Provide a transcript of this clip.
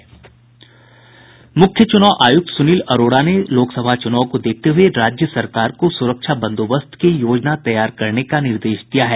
मुख्य चुनाव आयुक्त सुनील अरोड़ा ने लोकसभा चुनाव को देखते हुये राज्य सरकार को सुरक्षा बंदोबस्त की योजना तैयार करने का निर्देश दिया है